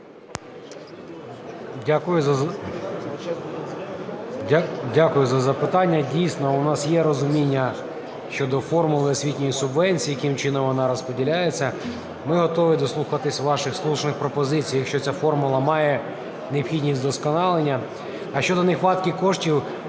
Дякую за запитання. Дійсно, в нас є розуміння щодо формули освітньої субвенції, яким чином вона розподіляється. Ми готові дослухатись до ваших слушних пропозицій, якщо ця формула має необхідність вдосконалення.